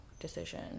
decision